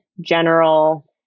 general